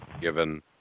given